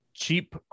cheap